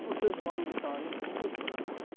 اردو زبان کی تاریخ بہت پرانی ہے